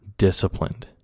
disciplined